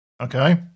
Okay